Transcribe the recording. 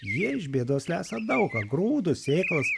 jie iš bėdos lesa daug ką grūdus sėklas